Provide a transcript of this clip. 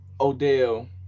Odell